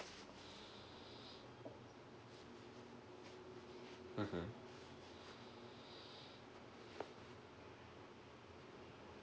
mmhmm